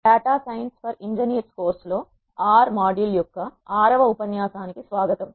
data science for engineers కోర్సులో R R module యొక్క 6 వ ఉపన్యాసానికి స్వాగతం